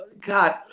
God